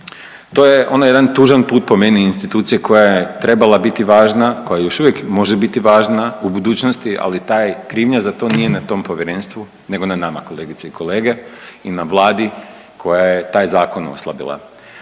To je onaj jedan tužan put po meni institucije koja je trebala biti važna, koja još uvijek može biti važna u budućnosti, ali ta krivnja za to nije na tom povjerenstvu nego na nama kolegice i kolege i na Vladi koja je taj zakon oslabila.